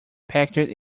package